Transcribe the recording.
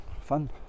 fun